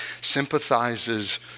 sympathizes